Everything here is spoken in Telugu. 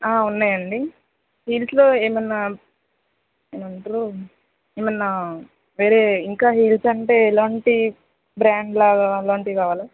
ఉన్నాయండి హీల్స్లో ఏమైనా ఏమంటారు ఏమైనా వేరే ఇంకా హీల్స్ అంటే ఎలాంటి బ్రాండ్లో అలాంటివి కావాలా